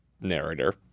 narrator